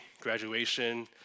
graduation